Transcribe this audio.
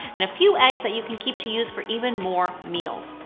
and a few eggs that you could keep to use for even more meals.